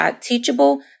Teachable